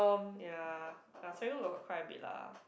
ya I was suddenly got cry a bit lah